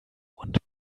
und